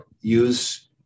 use